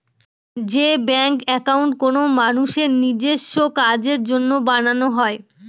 যে bank account কোনো মানুষের নিজেস্ব কাজের জন্য বানানো হয়